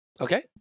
Okay